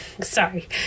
sorry